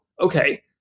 okay